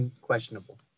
questionable